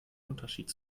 unterschied